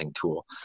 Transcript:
tool